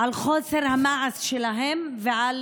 על חוסר המעש שלה ועל